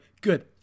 good